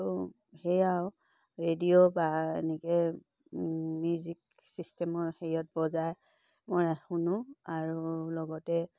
আৰু সেয়াও ৰেডিঅ' বা এনেকৈ মিউজিক চিষ্টেমৰ হেৰিয়ত বজাই মই ৰা শুনোঁ আৰু লগতে